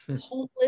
homeless